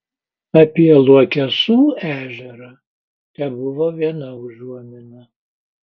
apie luokesų ežerą tebuvo viena užuomina